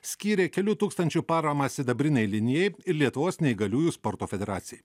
skyrė kelių tūkstančių paramą sidabrinei linijai ir lietuvos neįgaliųjų sporto federacijai